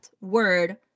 word